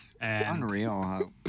Unreal